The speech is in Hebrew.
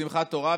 בשמחת תורה,